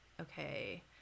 okay